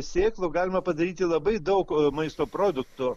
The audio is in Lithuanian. sėklų galima padaryti labai daug maisto produktų